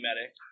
medic